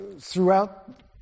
throughout